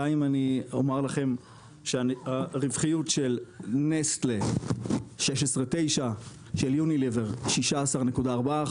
די אם אני אומר לכם שהרווחיות של נסטלה 16.9 של יוניליוור 16.4%,